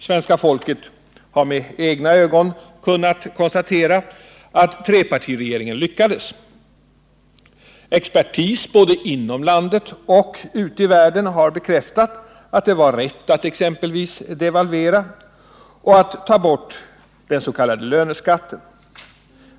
Svenska folket har med egna ögon kunnat konstatera att trepartiregeringen lyckades. Expertis både inom landet och ute i världen har bekräftat att det var rätt att exempelvis devalvera och att ta bort den s.k. löneskatten.